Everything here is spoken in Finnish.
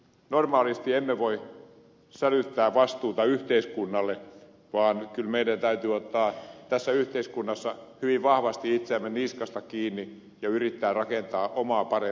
normaalisti emme voi sälyttää vastuuta yhteiskunnalle vaan kyllä meidän täytyy ottaa tässä yhteiskunnassa hyvin vahvasti itseämme niskasta kiinni ja yrittää rakentaa omaa parempaa elämää